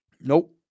Nope